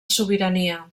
sobirania